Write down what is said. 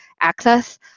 access